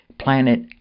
planet